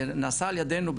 נעשה על ידינו,